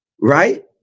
right